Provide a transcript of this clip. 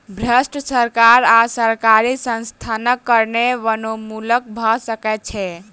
भ्रष्ट सरकार आ सरकारी संस्थानक कारणें वनोन्मूलन भ सकै छै